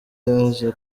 yaje